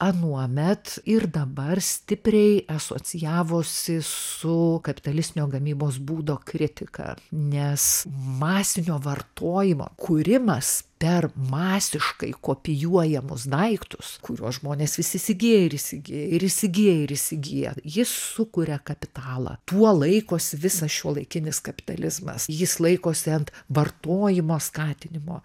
anuomet ir dabar stipriai asocijavosi su kapitalistinio gamybos būdo kritika nes masinio vartojimo kūrimas per masiškai kopijuojamus daiktus kuriuos žmonės vis įsigyja ir įsigyja ir įsigyja ir įsigyja jis sukuria kapitalą tuo laikosi visas šiuolaikinis kapitalizmas jis laikosi ant vartojimo skatinimo